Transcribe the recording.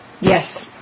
Yes